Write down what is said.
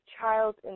child's